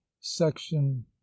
section